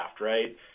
right